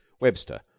Webster